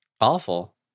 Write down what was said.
Awful